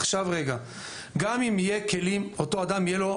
עכשיו רגע: גם אם לאותו אדם יהיו,